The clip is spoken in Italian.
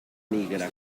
nigra